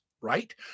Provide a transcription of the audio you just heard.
right